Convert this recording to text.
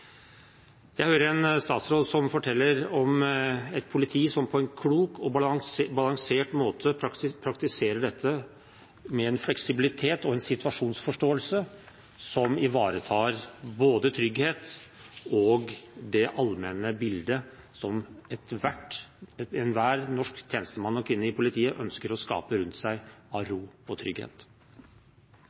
Jeg hører en statsråd som forteller om et politi som på en klok og balansert måte praktiserer dette med en fleksibilitet og en situasjonsforståelse som ivaretar både trygghet og det allmenne bildet som enhver norsk tjenestemann og -kvinne i politiet ønsker å skape rundt seg av ro og trygghet.